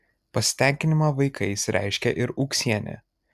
pasitenkinimą vaikais reiškė ir ūksienė